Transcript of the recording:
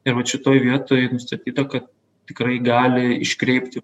ir vat šitoj vietoj nustatyta kad tikrai gali iškreipti